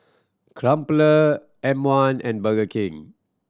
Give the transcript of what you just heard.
Crumpler M One and Burger King